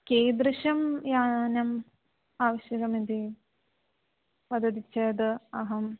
कीदृशं यानम् आवश्यकमिति वदति चेत् अहम्